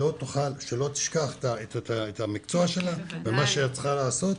שלא תשכח את המקצוע שלה ומה שהיא צריכה לעשות.